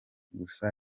gusa